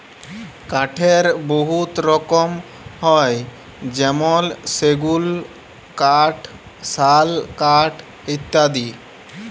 কাঠের বহুত রকম হ্যয় যেমল সেগুল কাঠ, শাল কাঠ ইত্যাদি